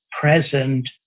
present